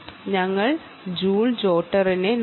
നമ്മൾ ജൂൾ ജോട്ടറിനെ നോക്കി